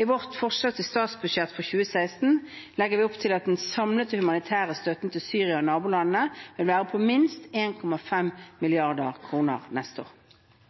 I vårt forsalg til statsbudsjett for 2016 legger vi opp til at den samlede humanitære støtten til Syria og nabolandene vil være på minst 1,5 mrd. kr neste år.